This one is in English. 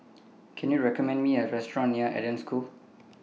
Can YOU recommend Me A Restaurant near Eden School